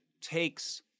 takes